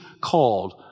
called